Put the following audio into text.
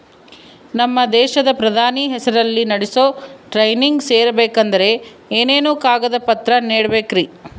ನಮ್ಮ ದೇಶದ ಪ್ರಧಾನಿ ಹೆಸರಲ್ಲಿ ನಡೆಸೋ ಟ್ರೈನಿಂಗ್ ಸೇರಬೇಕಂದರೆ ಏನೇನು ಕಾಗದ ಪತ್ರ ನೇಡಬೇಕ್ರಿ?